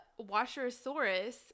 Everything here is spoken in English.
washerosaurus